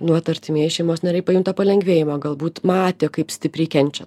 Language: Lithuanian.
nu vat artimieji šeimos nariai pajunta palengvėjimą galbūt matė kaip stipriai kenčia